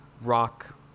Rock